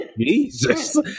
Jesus